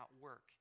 work